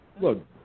look